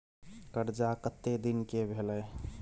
कर्जा कत्ते दिन के भेलै?